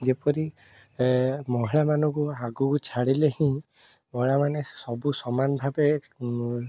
ଯେପରି ମହିଳାମାନଙ୍କୁ ଆଗକୁ ଛାଡ଼ିଲେ ହିଁ ମହିଳାମାନେ ସବୁ ସମାନ ଭାବେ